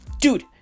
Dude